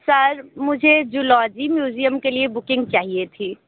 sir मुझे zoology museum के लीए बुकिंग चाहिए थी